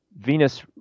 Venus